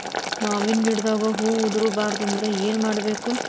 ಮಾವಿನ ಗಿಡದಾಗ ಹೂವು ಉದುರು ಬಾರದಂದ್ರ ಏನು ಮಾಡಬೇಕು?